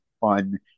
fun